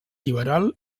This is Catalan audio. liberal